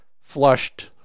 flushed